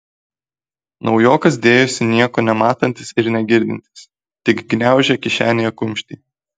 naujokas dėjosi nieko nematantis ir negirdintis tik gniaužė kišenėje kumštį